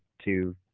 to